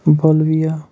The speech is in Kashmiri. بولوِیا